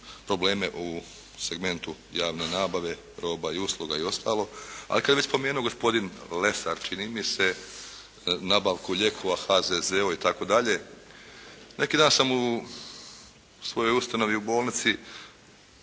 probleme u segmentu javne nabave, roba i usluga i ostalo. Ali kad je već spomenuo gospodin Lesar čini mi se nabavku lijekova, HZZO itd., neki dan sam u svojoj ustanovi u bolnici